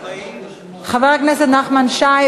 חבר הכנסת נחמן שי,